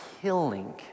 killing